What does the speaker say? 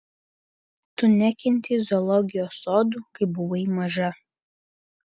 tu nekentei zoologijos sodų kai buvai maža